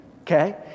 Okay